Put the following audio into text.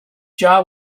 jar